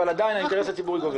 אבל עדיין האינטרס הציבורי גובר.